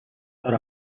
are